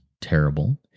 terrible